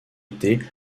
été